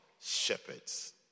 shepherds